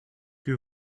que